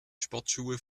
sportschuhe